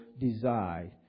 desire